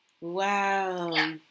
Wow